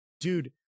Dude